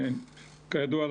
כידוע,